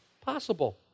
possible